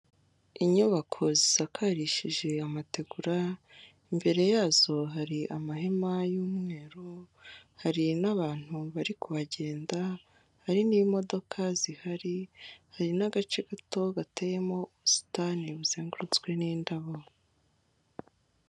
Inyubako zisakarishije amategura, imbere yazo hari amahema y'umweru, hari n'abantu bari kuhagenda, hari n'imodoka zihari, hari n'agace gato gateyemo ubusitani buzengurutswe n'indabo.